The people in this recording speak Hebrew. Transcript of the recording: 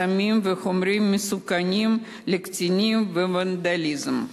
סמים וחומרים מסוכנים לקטינים וונדליזם.